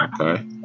okay